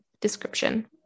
description